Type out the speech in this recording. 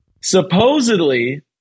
supposedly